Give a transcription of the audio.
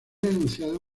enunciado